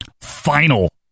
final